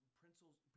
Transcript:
principles